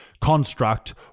construct